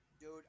Dude